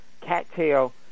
Cattail